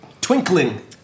Twinkling